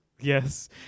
Yes